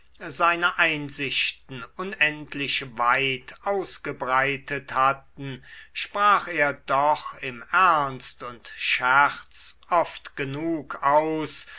seine einsichten unendlich weit ausgebreitet hatten sprach er doch im ernst und scherz oft genug aus